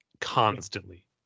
constantly